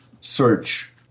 search